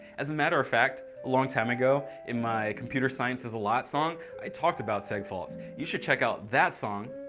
as a matter of fact. a long time ago, in my computer science is a lot song. i talked about segfaults. you should check out that song.